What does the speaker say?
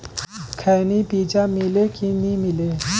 खैनी बिजा मिले कि नी मिले?